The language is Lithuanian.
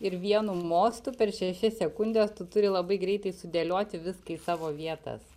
ir vienu mostu per šešias sekundes tu turi labai greitai sudėlioti viską į savo vietas